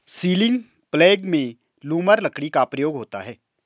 ceiling प्लेग में lumber लकड़ी का प्रयोग होता है